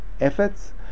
efforts